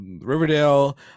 Riverdale